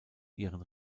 ihren